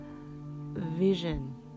vision